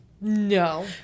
No